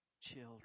children